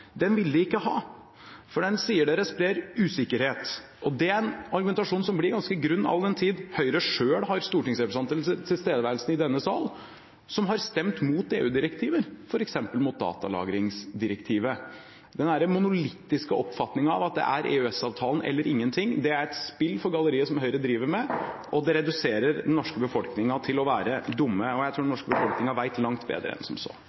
de ikke ha, for den sier de sprer usikkerhet. Det er en argumentasjon som blir ganske grunn all den tid Høyre selv har stortingsrepresentanter til stede i denne sal som har stemt imot EU-direktiver, f.eks. imot datalagringsdirektivet. Denne monolittiske oppfatningen av at det er EØS-avtalen eller ingenting, er et spill for galleriet som Høyre driver med, og det reduserer den norske befolkningen til å være dumme. Jeg tror den norske befolkningen vet langt bedre enn som så.